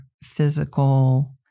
physical